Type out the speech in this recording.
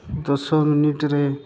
ଦଶ ମିନିଟ୍ରେ